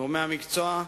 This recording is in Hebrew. גורמי המקצוע,